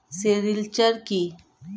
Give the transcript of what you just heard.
Sericulture কি?